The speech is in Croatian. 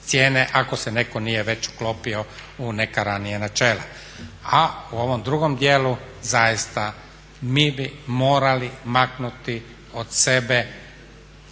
cijene ako se neko nije već uklopio u neka ranija načela. A u ovom drugom djelu zaista mi bi morali maknuti od sebe